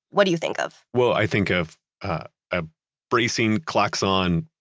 what do you think of? well, i think of a bracing, clocks on,